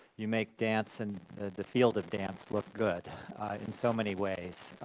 you make dance and the field of dance look good in so many ways.